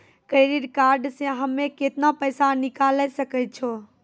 Credit card से हम्मे केतना पैसा निकाले सकै छौ?